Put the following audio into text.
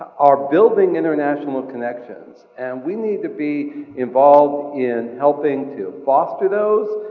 are building international connections. and we need to be involved in helping to foster those,